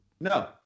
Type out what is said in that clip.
No